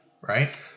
Right